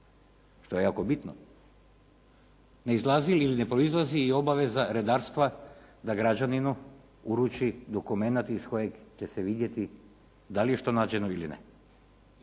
što je jako bitno ne izlazi ili ne proizlazi i obaveza redarstva da građaninu uruči dokumenat iz kojeg će se vidjeti da li je što nađeno ili ne.